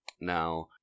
now